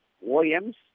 Williams